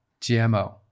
GMO